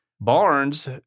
Barnes